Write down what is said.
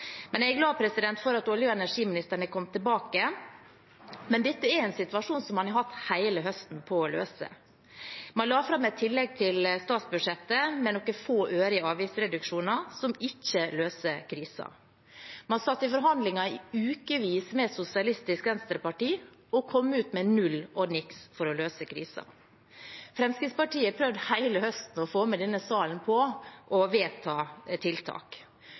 Jeg er glad for at olje- og energiministeren er kommet tilbake, men dette er en situasjon man har hatt hele høsten på å løse. Man la fram et tillegg til statsbudsjettet med noen få øre i avgiftsreduksjoner, som ikke løser krisen. Man satt i forhandlinger i ukevis med Sosialistisk Venstreparti og kom ut med null og niks for å løse krisen. Fremskrittspartiet har prøvd i hele høst å få denne salen med på å vedta tiltak.